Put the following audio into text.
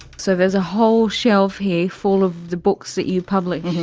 so there's a whole shelf here full of the books that you published.